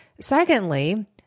Secondly